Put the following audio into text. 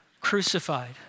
crucified